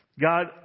God